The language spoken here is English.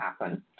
happen